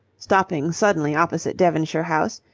stopping suddenly opposite devonshire house.